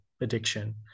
addiction